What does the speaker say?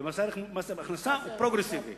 ומה הכנסה הוא פרוגרסיבי,